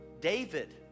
David